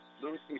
Lucy